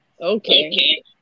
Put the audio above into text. Okay